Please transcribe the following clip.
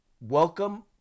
Welcome